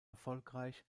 erfolgreich